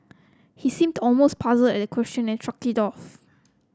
he seemed almost puzzled at the question and shrugged it off